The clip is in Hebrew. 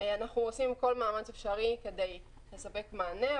אנחנו עושים כל מאמץ אפשרי כדי לספק מענה,